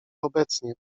obecnie